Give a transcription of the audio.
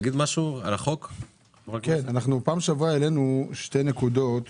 בפעם שעברה העלינו שתי נקודות